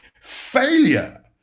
failure